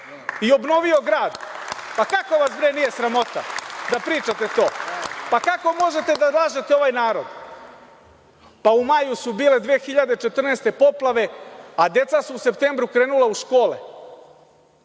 i obnovio grad. Kako vas bre nije sramota da pričate to? Kako možete da lažete ovaj narod? U maju su bile, 2014. godine, poplave, a deca su u septembru krenula u škole.